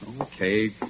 Okay